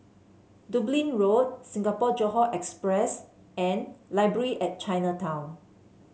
Dublin Road Singapore Johore Express and Library at Chinatown